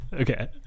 Okay